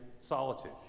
solitude